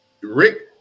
rick